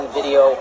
video